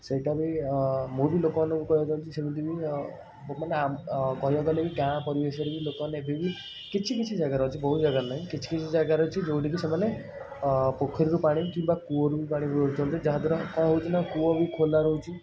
ସେଇଟା ବି ମୁଁ ବି ଲୋକମାନଙ୍କୁ କହିବାକୁ ଚାହୁଁଛି ସେମିତି ବି କହିବାକୁ ଗଲେ ବି ଗାଁ ପରିବେଶରେ ବି ଲୋକମାନେ ଏବେ ବି କିଛିକିଛି ଜାଗାରେ ଅଛି ବହୁତ ଜାଗାରେ ନାହିଁ କିଛିକିଛି ଜାଗାରେ ଅଛି ଯେଉଁଠିକି ସେମାନେ ପୋଖରୀରୁ ପାଣି କିମ୍ବା କୂଅରୁ ବି ପାଣି ନେଉଛନ୍ତି ଯାହାଦ୍ଵାରା କ'ଣ ହେଉଛି ନା କୂଅ ବି ଖୋଲା ରହୁଛି